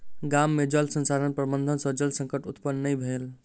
गाम में जल संसाधन प्रबंधन सॅ जल संकट उत्पन्न नै भेल